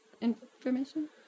information